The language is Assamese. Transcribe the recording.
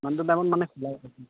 সিমানটো টাইমত মানে খোলা